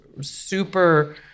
super